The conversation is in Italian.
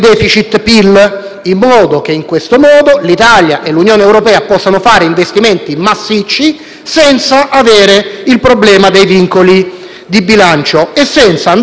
senza avere il problema dei vincoli di bilancio e senza andare in *deficit* per finanziare iniziative magari poco utili alla crescita.